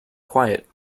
quiet